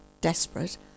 desperate